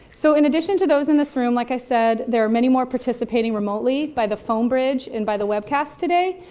so in addition to those in this room, like i said, there are many more participating remotely, by the phone bridge and by the webcast today.